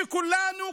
שכולנו,